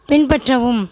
பின்பற்றவும்